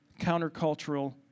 countercultural